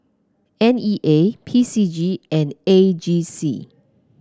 N E A P C G and A G C